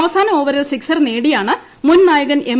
അവസാന ഓവറിൽ സിക്സർ നേടിയാണ് മുൻ നായകൻ എം